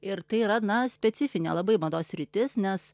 ir tai yra na specifinė labai mados sritis nes